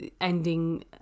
ending